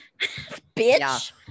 Bitch